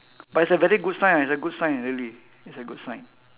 but it's a very good sign ah it's a good sign really it's a good sign